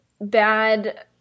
bad